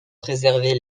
préserver